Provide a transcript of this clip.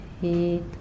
heat